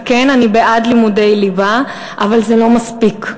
וכן, אני בעד לימודי ליבה, אבל זה לא מספיק.